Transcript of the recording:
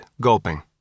gulping